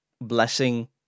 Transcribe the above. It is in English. blessing